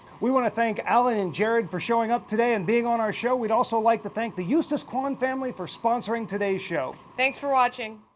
we wanna thank alan and jared for showing up today and being on our show. we'd also like to thank the eustace-kwan family for sponsoring today's show. thanks for watching.